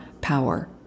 power